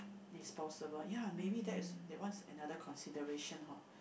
disposable ya maybe that is that's one another consideration hor